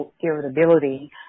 irritability